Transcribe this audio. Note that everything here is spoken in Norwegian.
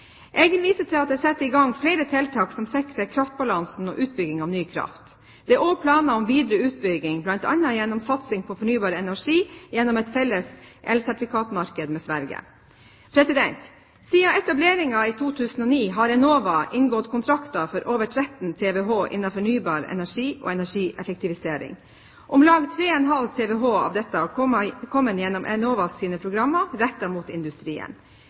Jeg vil vise til at det er satt i gang flere tiltak som sikrer kraftbalansen og utbygging av ny kraft. Det er også planer om videre utbygging, bl.a. gjennom satsing på fornybar energi gjennom et felles elsertifikatmarked med Sverige. Siden etableringen i 2001 har Enova inngått kontrakter for over 13 TWh innenfor fornybar energi og energieffektivisering. Om lag 3,5 TWh av dette har kommet gjennom Enovas programmer rettet mot industrien.